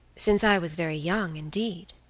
since i was very young indeed.